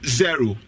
zero